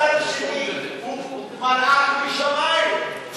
הצד השני הוא מלאך משמים,